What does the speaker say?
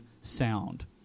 sound